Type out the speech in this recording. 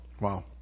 Wow